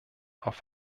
auf